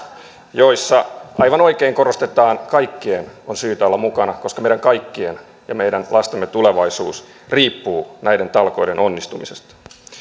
joissa aivan oikein korostetaan että kaikkien on syytä olla mukana koska meidän kaikkien ja meidän lastemme tulevaisuus riippuu näiden talkoiden onnistumisesta